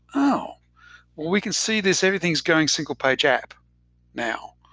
oh, well we can see this. everything's going single-page app now.